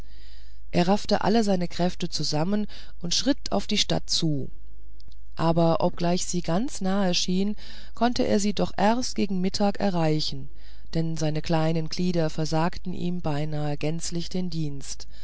er raffte alle seine kräfte zusammen und schritt auf die stadt zu aber obgleich sie ganz nahe schien konnte er sie doch erst gegen mittag erreichen denn seine kleinen glieder versagten ihm beinahe gänzlich ihren dienst